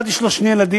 אחד יש לו שני ילדים,